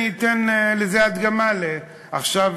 אתן לזה הדגמה: עכשיו,